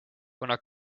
kuna